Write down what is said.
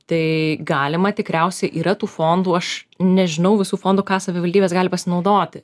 tai galima tikriausiai yra tų fondų aš nežinau visų fondų ką savivaldybės gali pasinaudoti